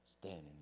standing